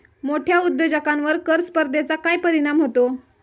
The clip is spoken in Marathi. मोठ्या उद्योजकांवर कर स्पर्धेचा काय परिणाम होतो?